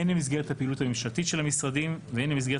הן במסגרת הפעילות הממשלתית של המשרדים והן במסגרת